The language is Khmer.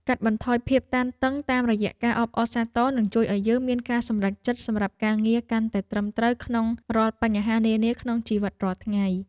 កាត់បន្ថយភាពតានតឹងតាមរយៈការអបអរសាទរនឹងជួយឱ្យយើងមានការសម្រេចចិត្តសម្រាប់ការងារកាន់តែត្រឹមត្រូវក្នុងរាល់បញ្ហានានាក្នុងជីវិតរាល់ថ្ងៃ។